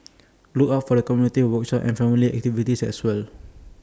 look out for community workshops and family activities as well